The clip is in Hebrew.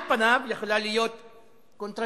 על פניו יכולה להיות קונטרדיקציה,